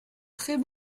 très